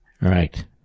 right